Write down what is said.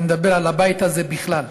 אני מדבר על הבית הזה בכלל.